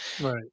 Right